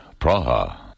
Praha